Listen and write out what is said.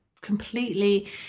completely